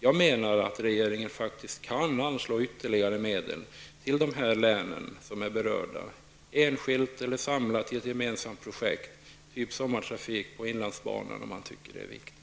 Jag menar att regeringen faktiskt kan anslå ytterligare medel till de berörda länen, enskilt eller samlat, till ett gemensamt projekt typ sommartrafik på inlandsbanan, om man tycker att det är viktigt.